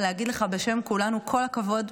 ולהגיד לך בשם כולנו: כל הכבוד.